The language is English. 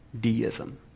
deism